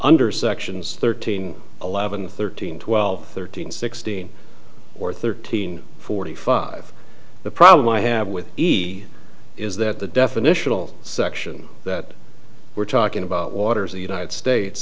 under sections thirteen eleven thirteen twelve thirteen sixteen or thirteen forty five the problem i have with e is that the definitional section that we're talking about waters the united states